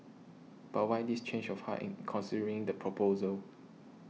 but why this change of heart in considering the proposal